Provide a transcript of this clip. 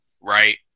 right